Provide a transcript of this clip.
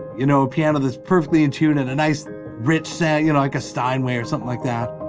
you know a piano that's perfectly in tune and a nice rich sound, you know like a steinway or something like that.